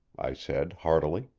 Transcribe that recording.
i said heartily.